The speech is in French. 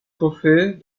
trophées